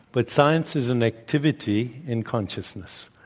but science is an activity in consciousness.